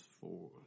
four